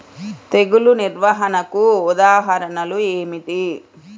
తెగులు నిర్వహణకు ఉదాహరణలు ఏమిటి?